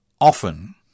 often